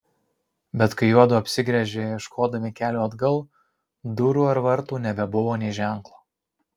bet kai juodu apsigręžė ieškodami kelio atgal durų ar vartų nebebuvo nė ženklo